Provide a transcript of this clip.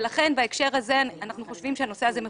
ולכן, בהקשר הזה אנחנו חושבים שהנושא הזה מכוסה.